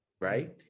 right